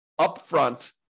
upfront